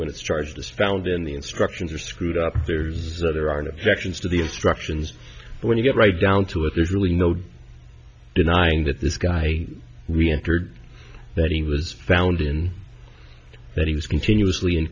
what it's charged as found in the instructions are screwed up that there are no actions to the instructions when you get right down to it there's really no denying that this guy reentered that he was found in that he was continuously in